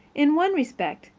in one respect,